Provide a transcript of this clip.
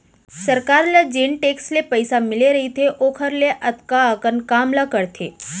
सरकार ल जेन टेक्स ले पइसा मिले रइथे ओकर ले अतका अकन काम ला करथे